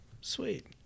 sweet